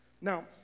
Now